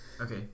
Okay